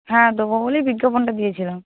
হ্যাঁ দেব বলেই বিজ্ঞাপনটা দিয়েছিলাম